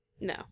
No